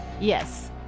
Yes